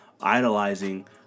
idolizing